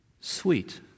sweet